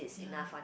yeah